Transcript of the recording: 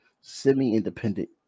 semi-independent